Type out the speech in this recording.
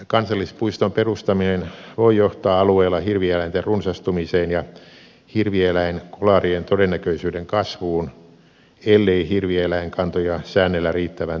kansallispuiston perustaminen voi johtaa alueella hirvieläinten runsastumiseen ja hirvieläinkolarien todennäköisyyden kasvuun ellei hirvieläinkantoja säännellä riittävän tehokkaasti